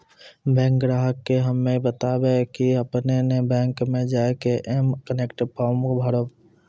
bank ग्राहक के हम्मे बतायब की आपने ने बैंक मे जय के एम कनेक्ट फॉर्म भरबऽ